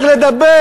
רק לדבר.